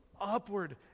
upward